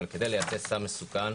אבל כדי לייצא סם מסוכן,